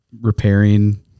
repairing